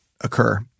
occur